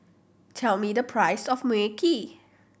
tell me the price of Mui Kee